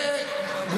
לשקמה ברסלר.